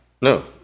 No